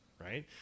right